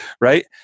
right